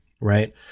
Right